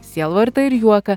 sielvartą ir juoką